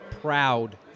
proud